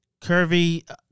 curvy